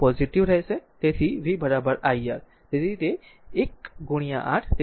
તેથી તે પોઝીટીવ રહેશે તેથી v iR